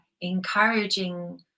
encouraging